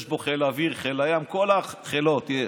יש בו חיל אוויר, חיל הים, כל החילות יש,